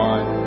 One